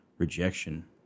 rejection